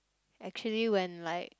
actually when like